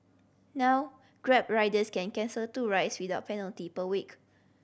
now Grab riders can cancel two rides without penalty per week